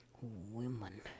women